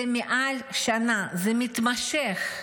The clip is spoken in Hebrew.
זה מעל שנה, זה מתמשך.